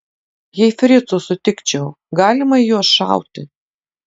jei fricų sutikčiau galima į juos šauti